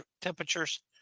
temperatures